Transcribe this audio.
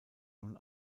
nun